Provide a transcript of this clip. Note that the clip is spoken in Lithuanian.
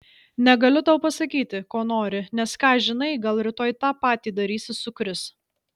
negaliu tau pasakyti ko nori nes ką žinai gal rytoj tą patį darysi su kris